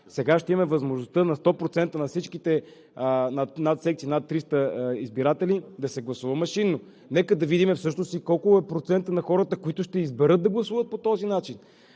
Сега ще имаме възможността на 100% във всички секции с над 300 избиратели да се гласува машинно. Нека да видим всъщност и колко е процентът на хората, които ще изберат да гласуват по този начин.